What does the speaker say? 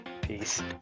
Peace